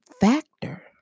factor